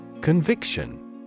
Conviction